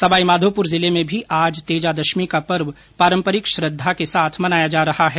सवाईमाघोपुर जिले में भी आज तेजा दशमी का पर्व पारम्परिक श्रद्धा और उल्लास के साथ मनाया जा रहा है